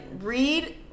read